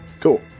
Cool